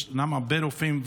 יש אומנם הרבה רופאים,